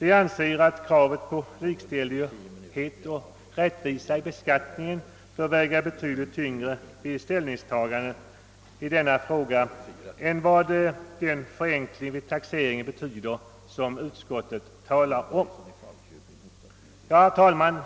Vi anser att kravet på likställighet och rättvisa vid beskattningen bör väga betydligt tyngre än den förenkling av taxeringsförfarandet som utskottet åberopar. Herr talman!